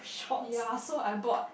ya so I bought